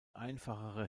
einfachere